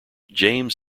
james